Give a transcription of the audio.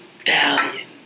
Italian